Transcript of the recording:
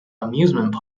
amusement